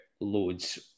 loads